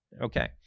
Okay